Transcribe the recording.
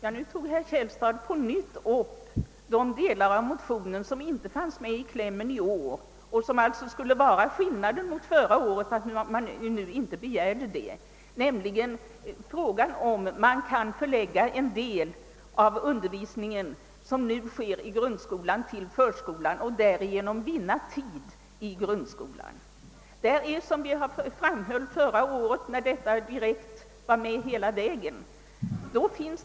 Herr talman! Herr Källstad tog här på nytt upp de delar av förra årets motion som inte återfinns i klämmen i årets motion, nämligen det som rör frågan om huruvida man kan förlägga en del av undervisningen som nu sker i grundskolan till förskolan och därigenom vinna tid i grundskolan. Såsom jag förut framhållit var denna tanke med i diskussionen under hela föregående års behandling.